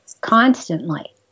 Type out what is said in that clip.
constantly